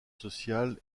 sociales